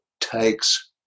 takes